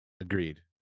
Agreed